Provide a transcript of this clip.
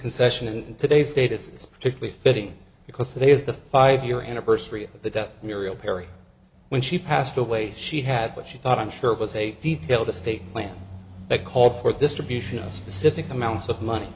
concession and today's date is particularly fitting because there is the five year anniversary of the death muriel perry when she passed away she had what she thought i'm sure it was a detailed estate plan that called for distribution of specific amounts of money